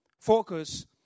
focus